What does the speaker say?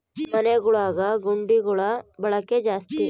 ಮನೆಗುಳಗ ಹುಂಡಿಗುಳ ಬಳಕೆ ಜಾಸ್ತಿ